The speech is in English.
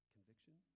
Conviction